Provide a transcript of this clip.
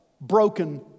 broken